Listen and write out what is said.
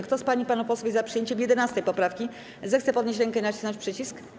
Kto z pań i panów posłów jest za przyjęciem 11. poprawki, zechce podnieść rękę i nacisnąć przycisk.